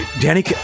Danny